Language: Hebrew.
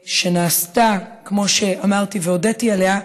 שנעשתה, כמו שאמרתי, והודיתי עליה.